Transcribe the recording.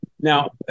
Now